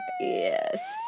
Yes